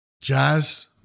Jazz